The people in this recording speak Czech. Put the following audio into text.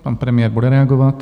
Pan premiér bude reagovat.